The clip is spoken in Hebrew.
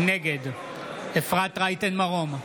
נגד אפרת רייטן מרום,